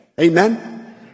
Amen